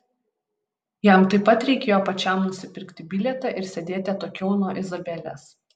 jam taip pat reikėjo pačiam nusipirkti bilietą ir sėdėti atokiau nuo izabelės